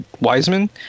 Wiseman